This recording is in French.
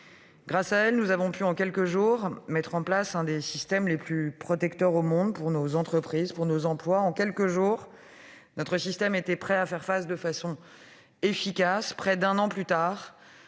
Grâce à elle, nous avons pu, en quelques jours, mettre en place un des systèmes les plus protecteurs du monde pour nos entreprises et pour l'emploi. En quelques jours, notre système était prêt à faire face de façon efficace : près d'un an plus tard,